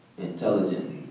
intelligently